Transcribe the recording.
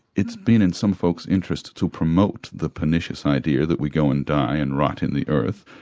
it's been in some folks' interest to promote the pernicious idea that we go and die and rot in the earth.